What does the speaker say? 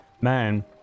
man